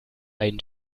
ein